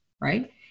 right